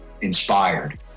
inspired